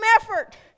effort